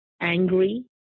angry